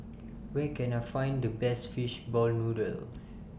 Where Can I Find The Best Fish Ball Noodles